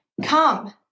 come